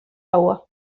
agua